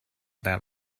that